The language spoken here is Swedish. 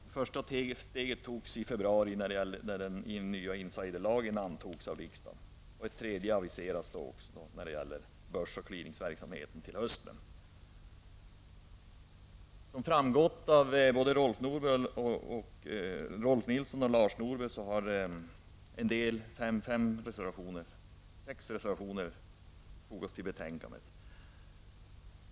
Ett första steg togs i februari med den nya insiderlagen, och ett tredje aviseras i höst för börs och clearingverksamheten. Som framgått av tidigare inlägg finns fem reservationer fogade till betänkandet.